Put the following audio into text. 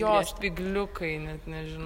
jo spygliukai net nežin